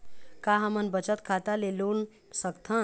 का हमन बचत खाता ले लोन सकथन?